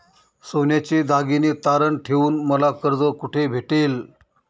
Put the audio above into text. सोन्याचे दागिने तारण ठेवून मला कर्ज कुठे भेटेल?